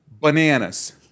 bananas